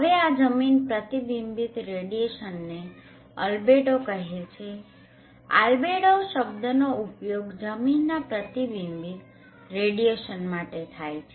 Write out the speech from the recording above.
હવે આ જમીન પ્રતિબિંબિત રેડીયેશનને અલ્બેડો કહેવામાં આવે છે આલ્બેડો શબ્દનો ઉપયોગ જમીનના પ્રતિબિંબિત રેડીયેશન માટે થાય છે